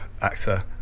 actor